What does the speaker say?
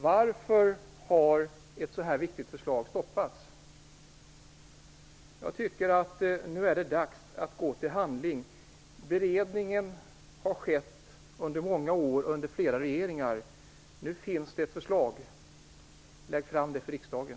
Varför har ett så viktigt förslag stoppats? Jag tycker att det är dags att gå till handling. Beredning har skett under många år och under flera regeringar. Nu finns det ett förslag. Lägg fram det för riksdagen!